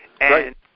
right